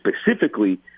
specifically